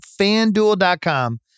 fanduel.com